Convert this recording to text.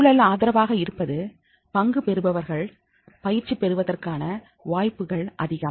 சூழல் ஆதரவாக இருப்பது பங்கு பெறுபவர்கள் பயிற்சி பெறுவதற்கான வாய்ப்புகள் அதிகம்